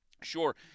Sure